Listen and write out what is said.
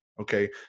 Okay